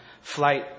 flight